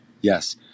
Yes